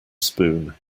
spoon